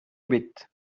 ebet